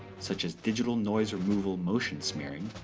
such as digital noise-removal motion smearing,